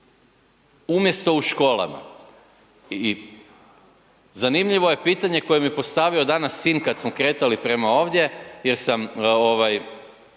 umjesto u školama. I zanimljivo je pitanje koje mi je postavio danas sin kada smo kretali prema ovdje jer sam